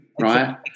right